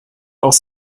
auch